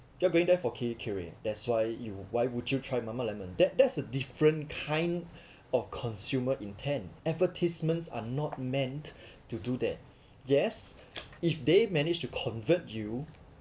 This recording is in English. you're going there for Kirei Kirei that's why you why would you try Mama Lemon that that's a different kind of consumer intent advertisements are not meant to do that yes if they managed to convert you